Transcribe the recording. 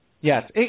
Yes